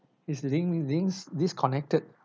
it's din~ dis~ disconnected